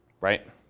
right